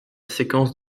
séquence